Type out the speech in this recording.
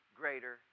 greater